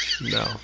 no